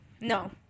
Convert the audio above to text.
no